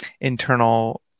internal